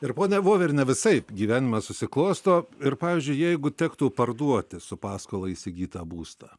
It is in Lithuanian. ir ponia voveriene visaip gyvenimas susiklosto ir pavyzdžiui jeigu tektų parduoti su paskola įsigytą būstą